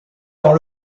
dans